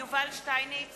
יובל שטייניץ,